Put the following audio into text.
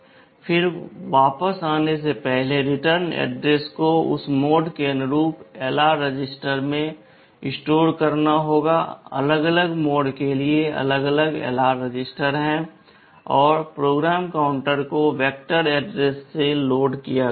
फिर वापस आने से पहले रिटर्न एड्रेस को उस मोड के अनुरूप एलआर रजिस्टर में स्टोर करना होगा अलग अलग मोड के लिए अलग अलग एलआर रजिस्टर हैं और PC को वेक्टर एड्रेस से लोड किया गया है